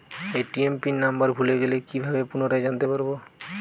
ATM pin number ভুলে গেলে কি ভাবে পুনরায় জানতে পারবো?